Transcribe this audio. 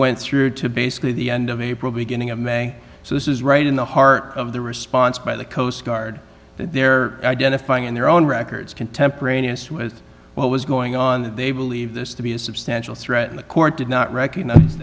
went through to basically the end of april beginning of may so this is right in the heart of the response by the coast guard there identifying in their own records contemporaneous with what was going on they believe this to be a substantial threat in the court did not recognize